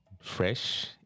fresh